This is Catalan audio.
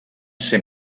ser